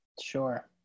Sure